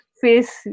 face